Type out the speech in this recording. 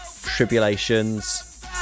Tribulations